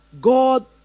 god